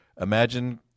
imagine